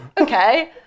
okay